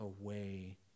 away